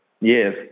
yes